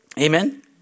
Amen